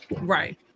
Right